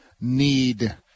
need